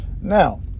Now